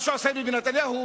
מה שעושה ביבי נתניהו,